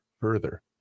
further